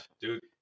dude